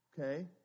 Okay